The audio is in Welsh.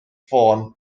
ffôn